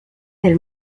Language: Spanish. del